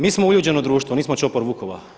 Mi smo uljuđeno društvo, nismo čopor vukova.